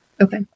Okay